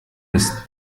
des